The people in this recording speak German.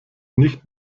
nicht